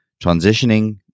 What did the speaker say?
transitioning